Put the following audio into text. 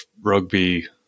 rugby